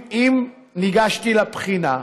אם ניגשתי לבחינה,